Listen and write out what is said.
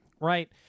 right